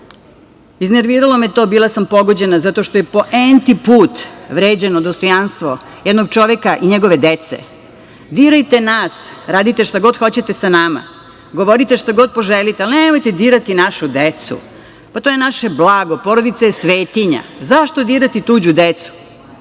iznerviralo me je to, bila sam pogođena zato što je po enti put vređano dostojanstvo jednog čoveka i njegove dece. Dirajte nas, radite šta god hoćete sa nama, govorite šta god poželite, ali nemojte dirati našu decu. To je naše blago, porodica je svetinja. Zašto dirati tuđu decu?